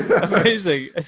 Amazing